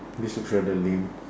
this looks rather lame